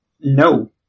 No